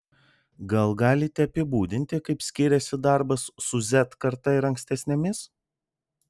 gal galite apibūdinti kaip skiriasi darbas su z karta ir ankstesnėmis